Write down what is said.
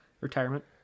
retirement